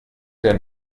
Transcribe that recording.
der